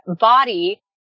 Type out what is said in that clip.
body